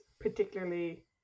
particularly